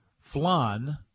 flan